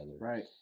right